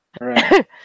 Right